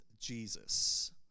Jesus